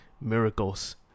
miracles